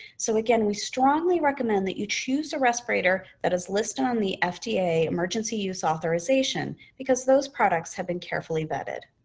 so again, we strongly recommend that you choose a respirator that is listed on the fda emergency use authorization, because those products have been carefully vetted.